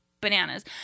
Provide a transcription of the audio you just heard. bananas